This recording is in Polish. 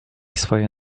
swoje